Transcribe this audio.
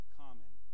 common